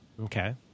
Okay